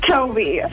Toby